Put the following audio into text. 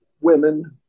women